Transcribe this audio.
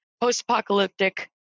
post-apocalyptic